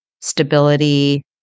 stability